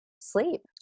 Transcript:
sleep